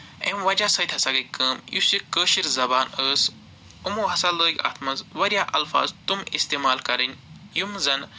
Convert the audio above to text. امہِ وجہہ سۭتۍ ہسا گے کٲم یُس یہِ کٲشِر زََبان ٲسۍ یِمو ہسا لٲگۍ اَتھ منٛز واریاہ اَلفظ تِم اِستعمال کَرٕنۍ یِم زَن